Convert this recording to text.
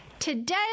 Today